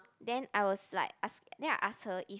then I was like ask then I ask her if